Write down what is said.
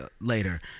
later